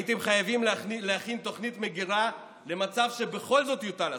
הייתם חייבים להכין תוכנית מגירה למצב שבכל זאת יוטל הסגר,